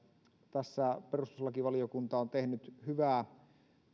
tässä perustuslakivaliokunta on tehnyt hyvää